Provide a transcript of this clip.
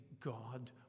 God